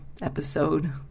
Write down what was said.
episode